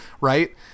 Right